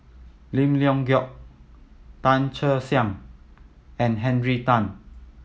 Lim Leong Geok Tan Che Sang and Henry Tan